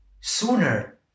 sooner